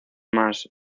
más